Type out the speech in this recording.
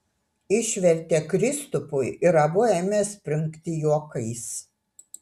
išvertė kristupui ir abu ėmė springti juokais